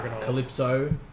Calypso